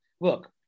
Look